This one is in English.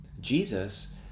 Jesus